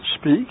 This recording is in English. speak